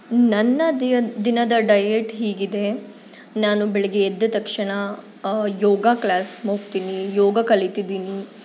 ನನ್ನ ದಿನ ದಿನದ ಡಯೆಟ್ ಹೀಗಿದೆ ನಾನು ಬೆಳಿಗ್ಗೆ ಎದ್ದ ತಕ್ಷಣ ಯೋಗ ಕ್ಲಾಸ್ ಹೋಗ್ತೀನಿ ಯೋಗ ಕಲೀತಿದ್ದೀನಿ